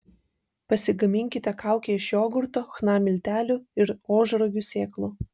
pasigaminkite kaukę iš jogurto chna miltelių ir ožragių sėklų